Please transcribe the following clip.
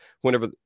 whenever